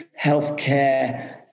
healthcare